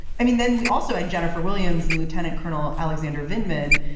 i mean, then we also had jennifer williams and lieutenant colonel alexander venkman,